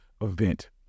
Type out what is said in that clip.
event